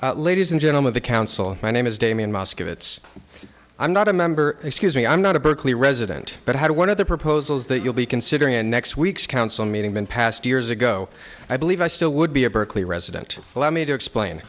minutes ladies and gentlemen the council my name is damien moskovitz i'm not a member excuse me i'm not a berkeley resident but one of the proposals that you'll be considering in next week's council meeting been passed years ago i believe i still would be a berkeley resident allow me to explain